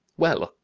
well,